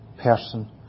person